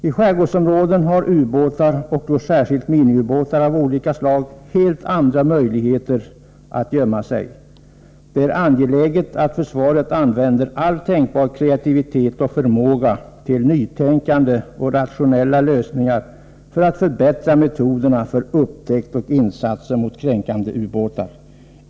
I skärgårdsområden har ubåtar — och då särskilt miniubåtar av olika slag — helt andra möjligheter att gömma sig. Det är angeläget att försvaret använder all tänkbar kreativitet och förmåga till nytänkande och rationella lösningar för att förbättra metoderna för upptäckt av och insats mot kränkande ubåtar.